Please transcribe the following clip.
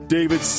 David